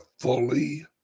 fully